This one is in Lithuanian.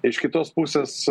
iš kitos pusės